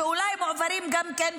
שאולי מועבר גם כן,